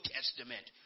Testament